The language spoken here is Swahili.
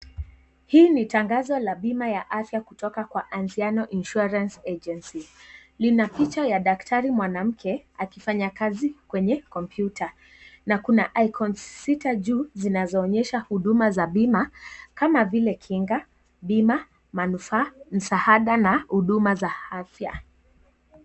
Hii ni tangazo la bima ya afya kutoka kwa anziano insurance agency . Lina picha la daktari mwanamke akifanya kazi kwenye kompyuta. Na kuna icons sita juu zinazoonyesha huduma za bima kama vile kinga, bima, manufaa, msaada na huduma za afya.